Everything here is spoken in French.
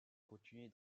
continuer